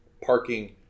parking